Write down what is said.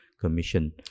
Commission